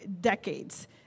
decades